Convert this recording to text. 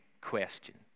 question